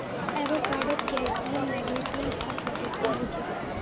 एवोकाडोत calcium magnesium आर potassium हछेक